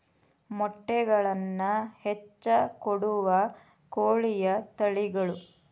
ಮೊಟ್ಟೆಗಳನ್ನ ಹೆಚ್ಚ ಕೊಡುವ ಕೋಳಿಯ ತಳಿಗಳು